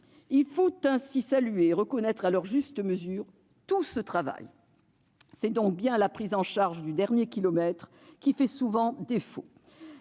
Il faut ainsi saluer et reconnaître à sa juste mesure tout ce travail. C'est en réalité la prise en charge du « dernier kilomètre » qui fait souvent défaut.